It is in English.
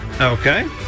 Okay